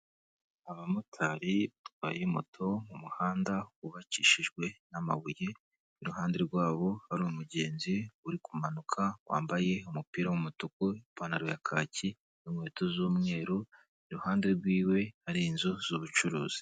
Abamotari batwaye moto mu muhanda wubakishijwe n'amabuye, iruhande rwabo hari umugenzi uri kumanuka wambaye umupira w'umutuku, ipantaro ya kake n'inkweto z'umweru, iruhande rwiwe hari inzu z'ubucuruzi.